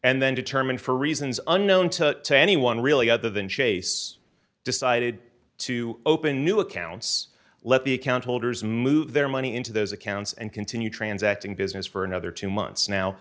and then determine for reasons unknown to anyone really other than chase decided to open new accounts let the account holders move their money into those accounts and continue transacting business for another two months now